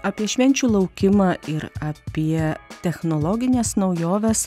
apie švenčių laukimą ir apie technologines naujoves